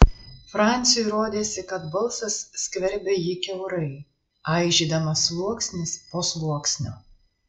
franciui rodėsi kad balsas skverbia jį kiaurai aižydamas sluoksnis po sluoksnio